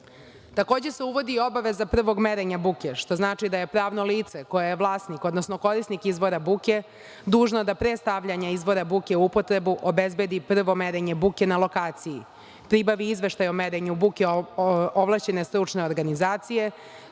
se uvodi i obaveza prvog merenja buke, što znači da je pravno lice koje je vlasnik odnosno korisnik izvora buke dužno da pre stavljanja izvora buke u upotrebu obezbedi prvo merenje buke na lokaciji, pribavi izveštaj o merenju buke ovlašćene stručne organizacije,